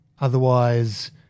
Otherwise